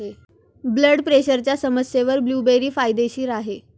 blood प्रेशरच्या समस्येवर blueberry फायदेशीर आहे